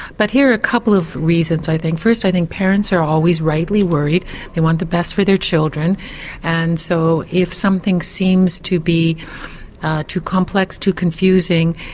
but here are a couple of reasons i think first i think parents are always rightly worried they want the best for their children and so if something seems to be too complex, too confusing,